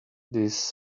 this